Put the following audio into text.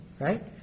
right